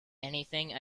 anything